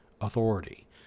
authority